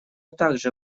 также